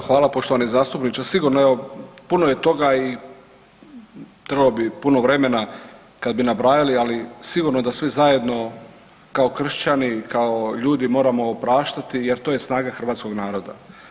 Evo hvala poštovani zastupniče, sigurno evo puno je toga i trebalo bi puno vremena kada bi nabrajali, ali sigurno da svi zajedno kao kršćani, kao ljudi moramo opraštati jer to je snaga hrvatskog naroda.